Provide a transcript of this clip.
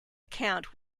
account